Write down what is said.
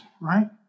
right